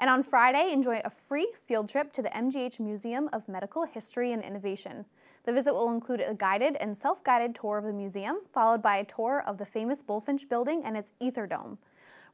and on friday enjoy a free field trip to the m g h museum of medical history and innovation the visit will include a guided and self guided tour of the museum followed by a tour of the famous bullfinch building and its either dome